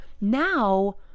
now